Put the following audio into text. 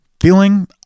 feeling